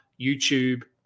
YouTube